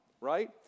Right